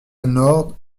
nord